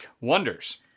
wonders